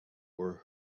were